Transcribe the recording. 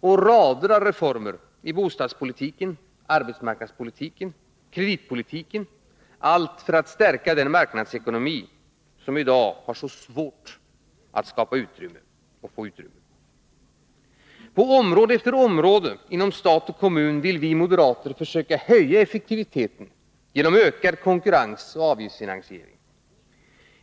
och rader av reformer, i bostadspolitiken, arbetsmarknadspolitiken och kreditpolitiken — allt för att stärka marknadsekonomin, som i dag har svårt att skapa och få utrymme. På område efter område inom stat och kommun vill vi moderater försöka höja effektiviteten genom ökad konkurrens och avgiftsfinansiering.